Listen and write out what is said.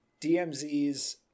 dmz's